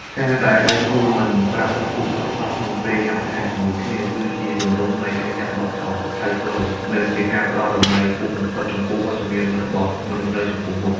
ការដែលដៃគូមិនប្រើប្រាស់ទូរស័ព្ទសោះក្នុងពេលញ៉ាំអាហារជាមួយគ្នា គឺជាទម្រង់នៃឥរិយាបថដ៏ថ្លៃថ្នូរ និងជាការផ្ដល់តម្លៃខ្ពស់បំផុតចំពោះវត្តមានរបស់មនុស្សនៅចំពោះមុខ។